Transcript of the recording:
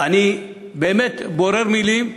אני באמת בורר מילים,